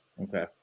Okay